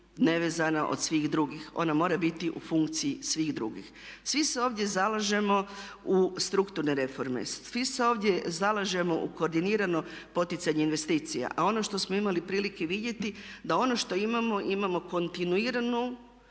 nevezana od svih drugih, ona mora biti u funkciji svih drugih. Svi se ovdje zalažemo u strukturne reforme, svi se ovdje zalažemo u koordinirano poticanje investicija. A ono što smo imali prilike vidjeti da ono što imamo, imamo kontinuirano